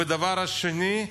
והדבר השני,